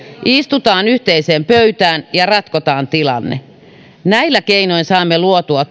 istutaan yhteiseen pöytään ja ratkotaan tilanne näillä keinoin saamme luotua